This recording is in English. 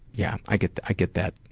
yeah, i get i get that,